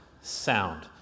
sound